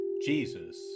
Jesus